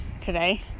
today